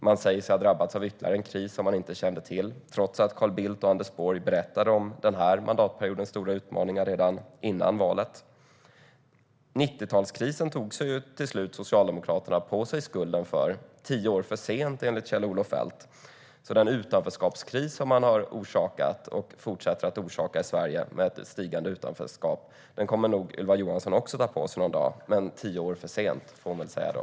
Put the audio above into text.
Man säger sig ha drabbats av ytterligare en kris som man inte kände till trots att Carl Bildt och Anders Borg berättade om den här mandatperiodens stora utmaningar redan före valet. 90-talskrisen tog Socialdemokraterna till slut på sig skulden för - tio år för sent, enligt Kjell-Olof Feldt. Den utanförskapskris som man har orsakat och fortsätter att orsaka i Sverige, med ett stigande utanförskap, kommer nog Ylva Johansson att ta på sig någon dag - tio år för sent, får hon väl säga då.